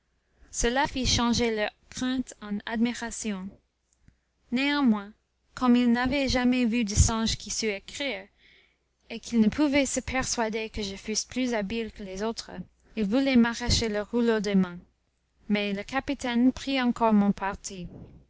cela fit changer leur crainte en admiration néanmoins comme ils n'avaient jamais vu de singe qui sût écrire et qu'ils ne pouvaient se persuader que je fusse plus habile que les autres ils voulaient m'arracher le rouleau des mains mais le capitaine prit encore mon parti